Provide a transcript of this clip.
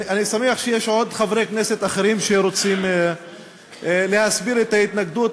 אני שמח שיש עוד חברי כנסת אחרים שרוצים להסביר את ההתנגדות,